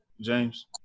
James